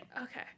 Okay